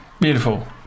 Beautiful